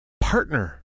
partner